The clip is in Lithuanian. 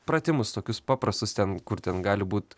pratimus tokius paprastus ten kur ten gali būt